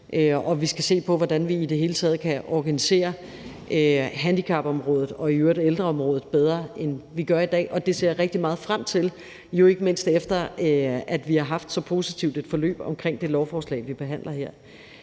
vi skal se på, hvordan vi i det hele taget kan organisere handicapområdet og i øvrigt ældreområdet bedre, end vi gør i dag, og det ser jeg rigtig meget frem til, jo ikke mindst efter at vi har haft så positivt et forløb omkring det lovforslag, vi behandler her.